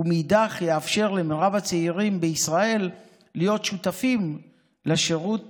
ומאידך גיסא יאפשר למרב הצעירים בישראל להיות שותפים לשירות